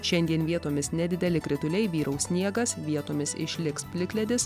šiandien vietomis nedideli krituliai vyraus sniegas vietomis išliks plikledis